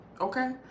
okay